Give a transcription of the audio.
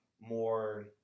more